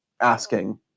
asking